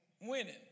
winning